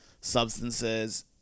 substances